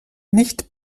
nicht